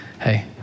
hey